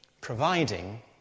providing